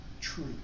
true